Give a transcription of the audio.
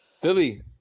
philly